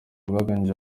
rwarangije